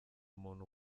muntu